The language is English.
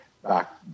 back